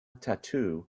tattoo